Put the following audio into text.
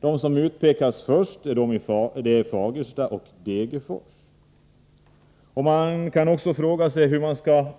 De som utpekas först är Fagersta och Degerfors. Man kan också fråga sig hur